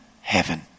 heaven